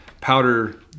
powder